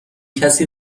کسی